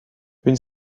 une